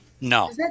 No